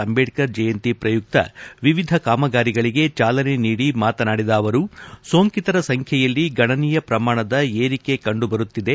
ಅಂಬೇಡ್ಕರ್ ಜಯಂತಿ ಪ್ರಯುಕ್ತ ವಿವಿಧ ಕಾಮಗಾರಿಗಳಿಗೆ ಚಾಲನೆ ನೀಡಿ ಮಾತನಾಡಿದ ಅವರು ಸೋಂಕಿತರ ಸಂಖ್ದೆಯಲ್ಲಿ ಗಣನೀಯ ಪ್ರಮಾಣದ ಏರಿಕೆ ಕಂಡು ಬರುತ್ತಿದೆ